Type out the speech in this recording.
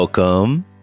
Welcome